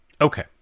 Okay